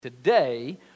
Today